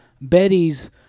Betty's